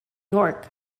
york